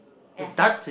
and I sent